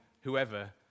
whoever